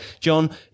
John